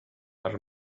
per